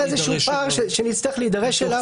נוצר איזשהו פער שנצטרך להידרש אליו,